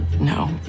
No